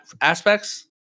aspects